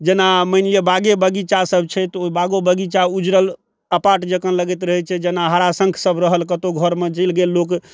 जेना मानि लिअऽ बागे बगीचासब छै तऽ ओ बागो बगीचा उजड़ल अपाटजकाँ लगैत रहै छै जेना हराशंखसब रहल कतहु घरमे चलि गेल लोक